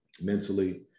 mentally